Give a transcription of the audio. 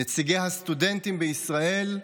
נציגי הסטודנטים בישראל,